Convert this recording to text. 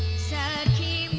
said t